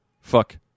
fuck